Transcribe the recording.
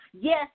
yes